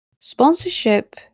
Sponsorship